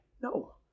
No